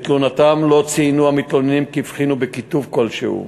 בתלונתם לא ציינו המתלוננים כי הבחינו בכיתוב כלשהו.